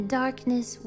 darkness